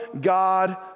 God